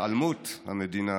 התעלמות המדינה,